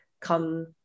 come